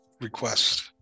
request